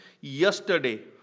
yesterday